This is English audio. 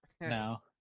No